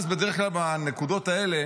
אז בדרך כלל בנקודות האלה